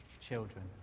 children